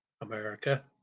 America